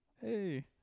hey